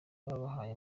babahaye